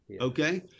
okay